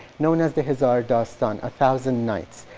known as the hizar dastan, a thousand nights.